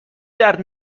درد